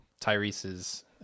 Tyrese's